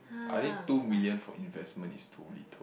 I think two million for investment is too little